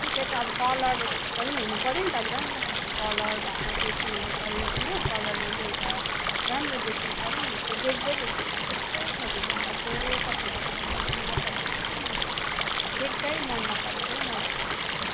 ठिकै छ अब कलर पनि हुनु पर्यो नि अन्त अब राम्रो खालके कलर भएको कुर्ती हुनु पऱ्यो होइन कलरमा एउटा राम्रो देख्नु पऱ्यो नि त्यो देख्दै देख्दैन त्यो त्यस्तो खालके घिन लाग्दो पठाइदिएको ल्याङल्याङ्ग परेको हुन्छ नि एउटा देख्दै मन नपरेको हौ मलाई त साथी